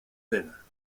thinner